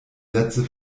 sätze